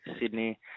Sydney